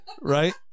right